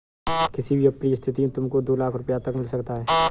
किसी भी अप्रिय स्थिति में तुमको दो लाख़ रूपया तक मिल सकता है